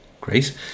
Great